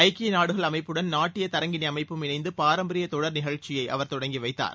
ஐக்கிய நாடுகள் அமைப்புடன் நாட்டிய தரங்கிணி அமைப்பும் இணைந்து பரம்பரிய தொடர் நிகழ்ச்சியை அவர் நேற்று தொடங்கி வைத்தார்